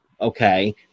okay